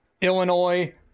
Illinois